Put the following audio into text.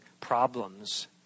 problems